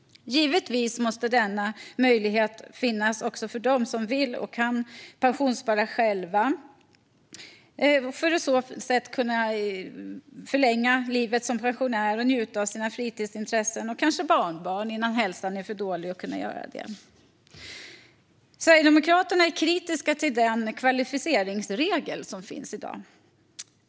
Givetvis måste denna möjlighet finnas också för dem som vill och kan pensionsspara själva för att på så sätt förlänga livet som pensionär och njuta av sina fritidsintressen och kanske barnbarn innan hälsan blir för dålig för att kunna göra det. Sverigedemokraterna är kritiska till den kvalificeringsregel som finns i dag.